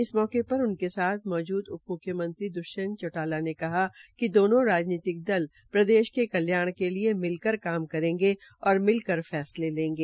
इस मौके पर उनके साथ मौजूद उप मुख्यमंत्री द्ष्यंत चौटाला ने कहा कि दोनों राजनीति दल प्रदेशके कन्याण के लिए मिलकर काम करेंगे और मिलकर फैसले लेंगे